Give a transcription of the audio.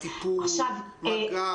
מגע,